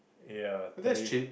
ya thirty